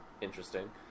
interesting